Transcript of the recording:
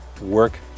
work